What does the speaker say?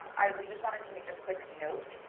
i we just wanted to make a quick note.